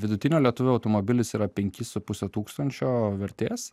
vidutinio lietuvio automobilis yra penki su puse tūkstančio vertės